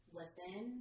listen